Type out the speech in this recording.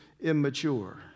immature